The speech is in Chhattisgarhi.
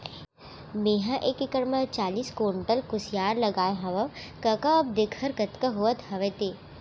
मेंहा एक एकड़ म चालीस कोंटल कुसियार लगाए हवव कका अब देखर कतका होवत हवय ते